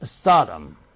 Sodom